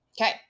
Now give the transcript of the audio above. Okay